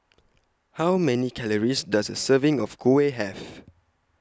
How Many Calories Does A Serving of Kuih Have